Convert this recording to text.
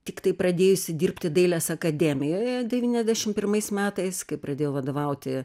tiktai pradėjusi dirbti dailės akademijoje devyniasdešim pirmais metais kai pradėjau vadovauti